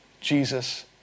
Jesus